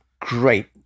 great